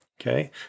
Okay